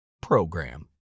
program